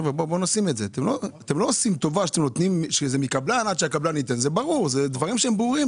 אתם לא עושים טובה; אלה דברים ברורים,